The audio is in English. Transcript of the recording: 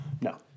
No